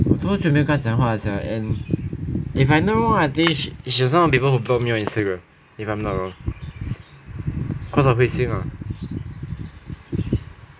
我多久没有跟他讲话了 sia and if I not wrong I think she's also one people blocked me on Instagram if I'm not wrong cause of huixin ah